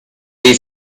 dei